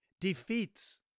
defeats